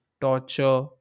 torture